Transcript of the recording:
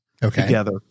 together